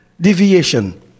deviation